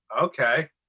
Okay